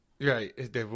Right